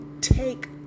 take